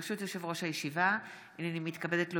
ברשות יושב-ראש הישיבה, הינני מתכבדת להודיעכם,